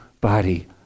body